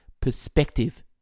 perspective